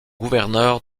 gouverneur